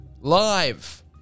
live